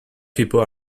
people